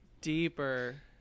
deeper